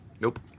Nope